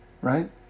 right